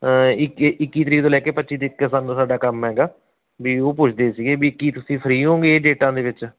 ਇੱਕ ਇੱਕੀ ਤਰੀਕ ਤੋਂ ਲੈ ਕੇ ਪੱਚੀ ਤੀਕਰ ਸਾਨੂੰ ਸਾਡਾ ਕੰਮ ਹੈਗਾ ਵੀ ਉਹ ਪੁੱਛਦੇ ਸੀਗੇ ਵੀ ਕੀ ਤੁਸੀਂ ਫਰੀ ਹੋਗੇ ਇਹ ਡੇਟਾਂ ਦੇ ਵਿੱਚ